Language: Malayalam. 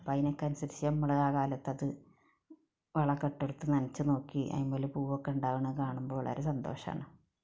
അപ്പോൾ അതിനൊക്കെ അനുസരിച്ച് നമ്മൾ ആ കാലത്തത് വളമൊക്കെ ഇട്ട് കൊടുത്ത് നനച്ച് നോക്കി അതിന്മേൽ പുവൊക്കെ ഉണ്ടാവുന്നത് കാണുമ്പോൾ വളരെ സന്തോഷമാണ്